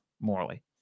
morally